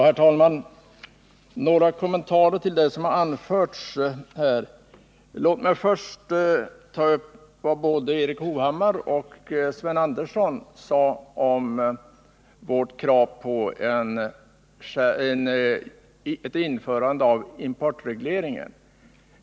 Herr talman! Låt mig göra några kommentarer till det som anförts här. Först vill jag ta upp vad både Erik Hovhammar och Sven G. Andersson sade om vårt krav på införande av importreglering på detta område.